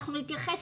אנחנו נתייחס